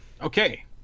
Okay